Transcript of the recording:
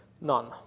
None